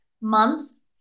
months